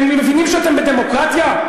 אתם מבינים שאתם בדמוקרטיה?